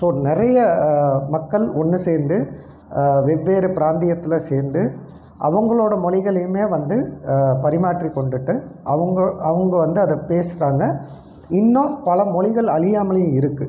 so நிறைய மக்கள் ஒன்று சேர்ந்து வெவ்வேறு பிராந்தியத்தில் சேர்ந்து அவங்களோட மொழிகளையுமே வந்து பரிமாற்றி கொண்டுகிட்டு அவங்க அவங்க வந்து அதை பேசுகிறாங்க இன்னும் பல மொழிகள் அழியாமையும் இருக்குது